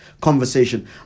conversation